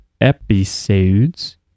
episodes